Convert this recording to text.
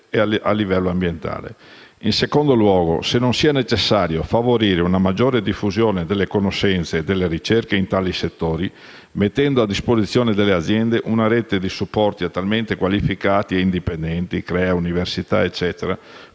in secondo luogo, se non sia necessario favorire una maggiore diffusione delle conoscenze e delle ricerche in tali settori, mettendo a disposizione delle aziende una rete di supporti altamente qualificati e indipendenti (CREA, università) per